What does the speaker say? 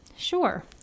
Sure